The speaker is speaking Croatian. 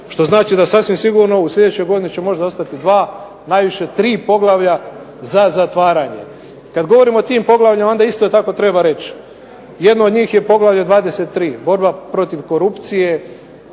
Što znači da sasvim sigurno u sljedećoj godini će možda ostati 2, najviše 3 poglavlja za zatvaranje. Kad govorimo o tim poglavljima onda isto tako treba reći, jedno od njih je Poglavlje 23. – Borba protiv korupcije